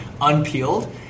unpeeled